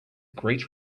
great